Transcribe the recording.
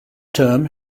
term